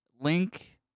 Link